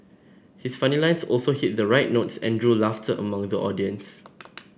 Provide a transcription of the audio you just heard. his funny lines also hit the right notes and drew laughter among the audience